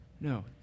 No